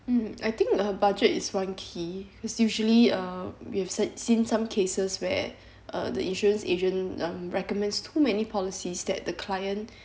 mm I think uh budget is one key is usually uh we have se~ seen some cases where uh the insurance agent um recommends too many policies that the client